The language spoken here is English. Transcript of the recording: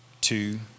two